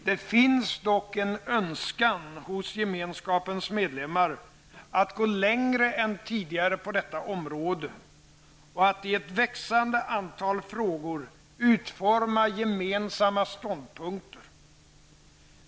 Det finns dock en önskan hos Gemenskapens medlemmar att gå längre än tidigare på detta område och att i ett växande antal frågor utforma gemensamma ståndpunkter.